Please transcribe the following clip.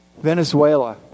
Venezuela